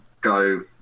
go